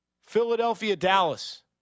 Philadelphia-Dallas